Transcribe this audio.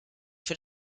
für